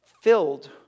filled